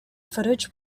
footage